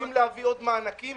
רוצים להביא עוד מענקים